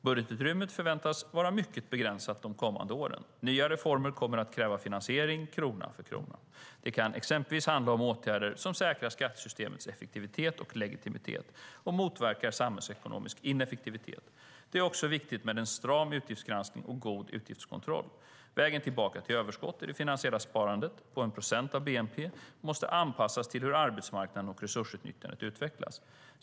Budgetutrymmet förväntas vara mycket begränsat de kommande åren. Nya reformer kommer att kräva finansiering krona för krona. Det kan exempelvis handla om åtgärder som säkrar skattesystemets effektivitet och legitimitet och motverkar samhällsekonomisk ineffektivitet. Det är också viktigt med en stram utgiftsgranskning och god utgiftskontroll. Vägen tillbaka till överskott i det finansiella sparandet på 1 procent av bnp måste anpassas till hur arbetsmarknaden och resursutnyttjandet utvecklas.